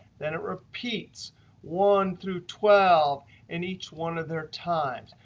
then it repeats one through twelve in each one of their times.